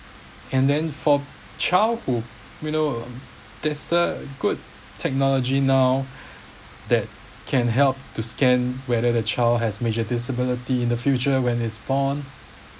and then for child who you know there's a good technology now that can help to scan whether the child has major disability in the future when is born